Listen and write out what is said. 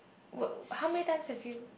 work how many time have you